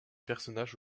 personnages